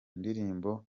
ndirimbo